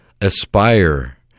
aspire